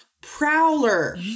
Prowler